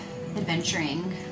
adventuring